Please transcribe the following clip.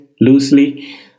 loosely